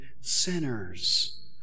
sinners